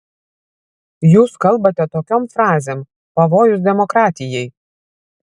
jūs kalbate tokiom frazėm pavojus demokratijai